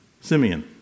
Simeon